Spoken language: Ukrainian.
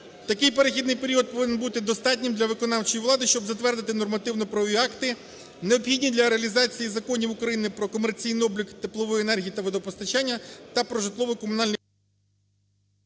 Такий перехідний період повинен бути достатнім для виконавчої влади, щоб затвердити нормативно-правові акти, необхідні для реалізації законів України "Про комерційний облік теплової енергії та водопостачання" та "Про житлово-комунальні